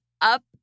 up